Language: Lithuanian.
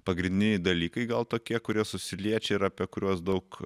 pagrindiniai dalykai gal tokie kurie susiliečia ir apie kuriuos daug